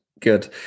good